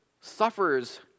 suffers